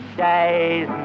days